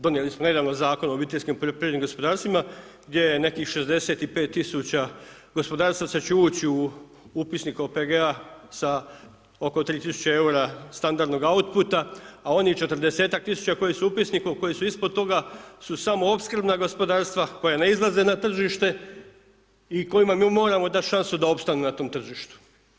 Donijeli smo nedavno Zakon o obiteljskim poljoprivrednim gospodarstvima gdje je nekih 65 tisuća gospodarstva što će ući u upisnik OPG-a sa oko 3 tisuće eura standardnog outputa, a onih 40-ak tisuća koji su u upisniku, koji su ispod toga su samo opskrbna gospodarstva koja ne izlaze na tržište i kojima mi moramo dati šansu da opstanu na tom tržištu.